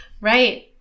Right